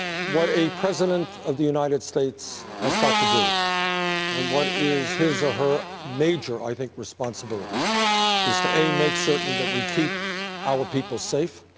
what a president of the united states has got to do and what is his or her major, i think, responsibility is to, a, make certain that we keep our people safe,